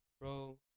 bro